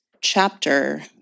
chapter